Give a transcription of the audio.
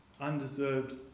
undeserved